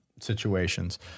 situations